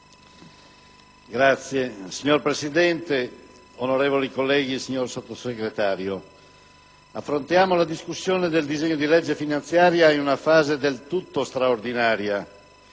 *(PD)*. Signor Presidente, onorevoli colleghi, signor Sottosegretario, affrontiamo la discussione del disegno di legge finanziaria in una fase del tutto straordinaria